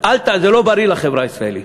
זה לא בריא לחברה הישראלית.